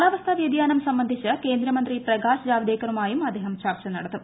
കാലാവസ്ഥാ വ്യതിയാനം സംബന്ധിച്ച് കേന്ദ്രമന്ത്രി പ്രകാശ് ജാവ്ദേക്കറുമായും അദ്ദേഹം ചർച്ച നടത്തും